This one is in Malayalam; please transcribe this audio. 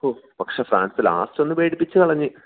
ഹോ പക്ഷെ ഫ്രാൻസ് ലാസ്റ്റൊന്ന് പേടിപ്പിച്ചുകളഞ്ഞ്